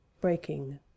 breaking